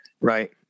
right